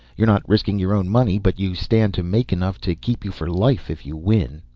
you're not risking your own money, but you stand to make enough to keep you for life if you win.